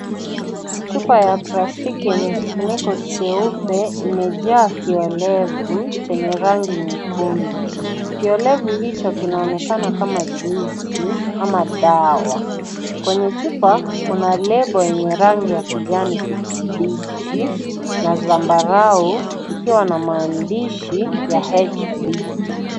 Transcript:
Chupa ya lastiki yenye kifuniko cheupe imejaa kiolevu chenye rangi nyekundu. Kiolevu hicho kinaonekana kama juisi ama dawa. Kwenye chupa kuna lebo yenye rangi ya kijani kibichi na zambarau ikiwa na mandishi ya HB.